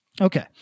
Okay